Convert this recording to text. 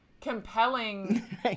compelling